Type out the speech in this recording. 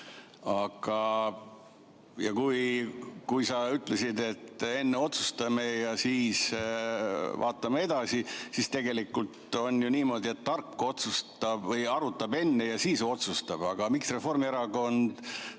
Kui sa ütlesid, et enne otsustame ja siis vaatame edasi, siis tegelikult on ju niimoodi, et tark arutab enne ja siis otsustab. Miks Reformierakond